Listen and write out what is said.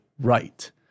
right